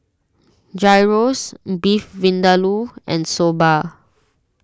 Gyros Beef Vindaloo and Soba